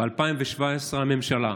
ב-2017 הממשלה,